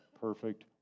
perfect